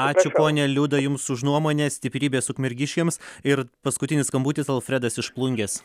ačiū ponia liuda jums už nuomonę stiprybės ukmergiškiams ir paskutinis skambutis alfredas iš plungės